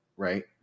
Right